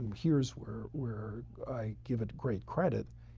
here's where where i give it great credit,